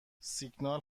سیگنال